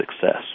success